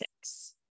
Six